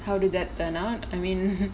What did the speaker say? how did that turn on I mean